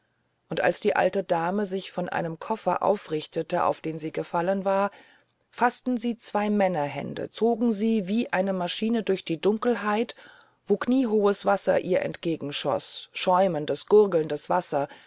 und als die alte dame sich von einem koffer aufrichtete auf den sie gefallen war faßten sie zwei männerhände zogen sie wie eine maschine durch die dunkelheit wo kniehohes wasser ihr entgegenschoß schäumendes und gurgelndes wasser